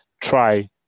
try